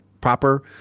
proper